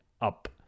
up